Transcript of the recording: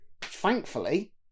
thankfully